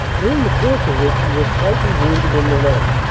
during the course of which he was slightly wounded in the leg,